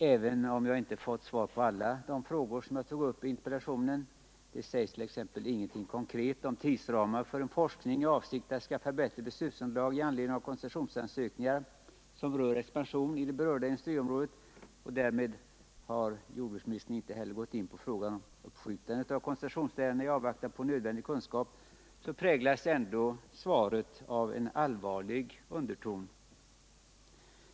Även om jag inte fått svar på alla de frågor som jag tog upp i interpellationen — det sägs t.ex. ingenting konkret om tidsramar för en forskning i avsikt att skaffa bättre beslutsunderlag med anledning av koncessionsansökningar, som rör expansion i det berörda industriområdet, och därmed har jordbruksministern inte heller gått in på frågan om uppskjutandet av koncessionsärendena i avvaktan på nödvändig kunskap - präglas ändå svaret av en allvarlig underton.